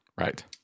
right